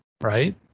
right